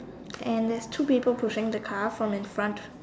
and there's two people pushing the car from in front